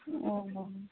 ᱚᱻ